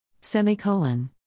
Semicolon